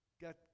got